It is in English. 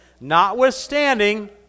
Notwithstanding